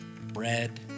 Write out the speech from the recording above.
bread